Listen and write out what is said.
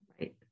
Right